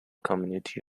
community